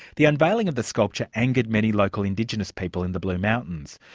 the unveiling of the sculpture angered many local indigenous people in the blue mountains.